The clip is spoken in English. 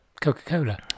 Coca-Cola